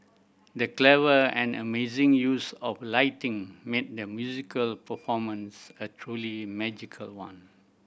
the clever and amazing use of lighting made the musical performance a truly magical one